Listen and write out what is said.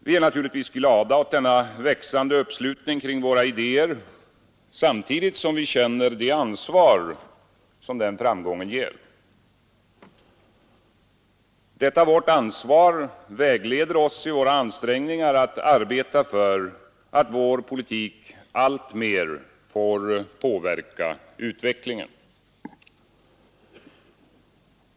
Vi är givetvis glada åt denna växande uppslutning kring våra idéer, samtidigt som vi känner det ansvar som den framgången ger; detta vårt ansvar vägleder oss i våra ansträngningar att arbeta för att vår politik alltmer får påverka utvecklingen.